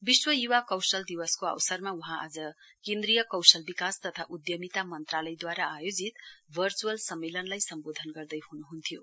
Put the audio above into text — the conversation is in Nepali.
विश्व युवा कौशल दिवसको अवसरमा वहाँ आज केन्द्रीय कौसल विकास तथा उद्यमिता मन्त्रालयद्वारा आयोजित वर्चुअलस सम्मेलनलाई सम्बोधन गर्दैहुनुहुन्थ्यो